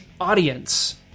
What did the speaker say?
audience